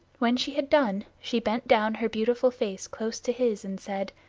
when she had done, she bent down her beautiful face close to his, and said